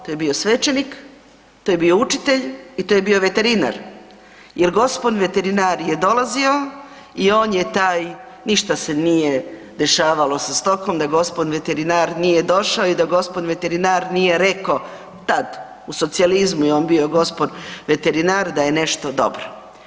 To je bio svećenik, to je bio učitelj i to je bio veterinar jer gospon veterinar je dolazio i on je taj ništa se nije dešavalo sa stokom da gospon veterinar nije došao i da gospon veterinar nije rekao tad u socijalizmu je on bio gospon veterinar da je nešto dobro.